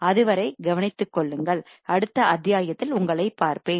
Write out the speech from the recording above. அதுவரை கவனித்துக்கொள்ளுங்கள் அடுத்த அத்தியாயத்தில் உங்களை பார்ப்பேன்